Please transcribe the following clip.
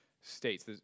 states